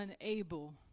unable